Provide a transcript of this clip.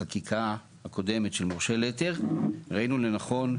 בחקיקה הקודמת של מורשה להיתר ראינו לנכון,